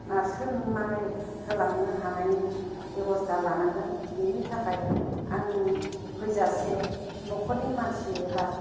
नारसोमनानै होलांनो हानायनि बेब'स्था लानांगोन बेनि थाखाय आंनि फैजासे न'खरनि मानसि एबा